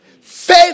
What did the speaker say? faith